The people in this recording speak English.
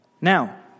Now